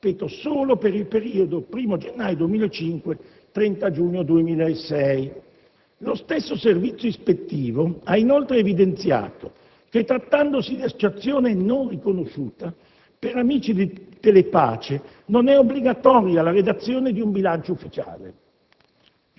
ripeto solo - per il periodo 1° gennaio 2005-30 giugno 2006. Lo stesso servizio ispettivo ha inoltre evidenziato che, trattandosi di associazione non riconosciuta, per Amici di Telepace non è obbligatoria la redazione di un bilancio ufficiale.